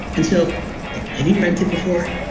and so look have you rented before?